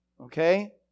okay